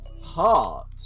heart